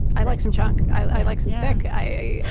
i like some chunk. i like some big. i.